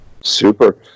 Super